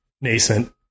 nascent